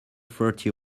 thirty